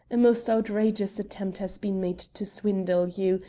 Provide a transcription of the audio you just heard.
a most outrageous attempt has been made to swindle you,